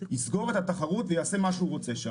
יסגור את התחרות ויעשה שם מה שהוא רוצה.